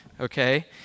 okay